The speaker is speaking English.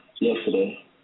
yesterday